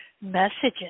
messages